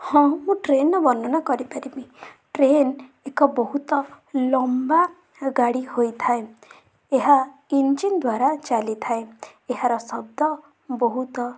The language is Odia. ହଁ ମୁଁ ଟ୍ରେନର ବର୍ଣ୍ଣନା କରିପାରିବି ଟ୍ରେନ ଏକ ବହୁତ ଲମ୍ବା ଗାଡ଼ି ହୋଇଥାଏ ଏହା ଇଞ୍ଜିନ ଦ୍ଵାରା ଚାଲିଥାଏ ଏହାର ଶବ୍ଦ ବହୁତ